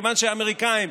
מכיוון שהאמריקאים,